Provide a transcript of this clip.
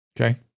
Okay